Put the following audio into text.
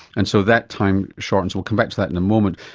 and so that time shortens, we'll come back to that in a moment.